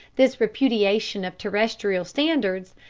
this repudiation of terrestrial standards,